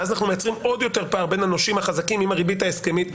ואז אנחנו מייצרים עוד יותר פער בין הנושים החזקים עם הריבית ההסכמית.